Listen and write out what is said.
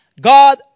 God